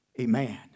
Amen